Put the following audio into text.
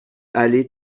allée